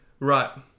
Right